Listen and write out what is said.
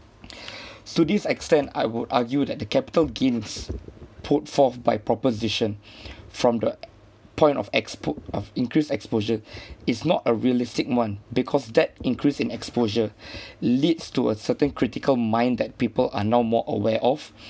to this extent I would argue that the capital gains put forth by proposition from the point of expo~ of increased exposure is not a realistic [one] because that increase in exposure leads to a certain critical mind that people are now more aware of